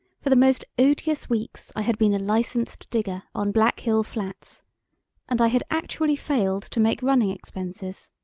for the most odious weeks i had been a licensed digger on black hill flats and i had actually failed to make running expenses.